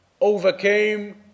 overcame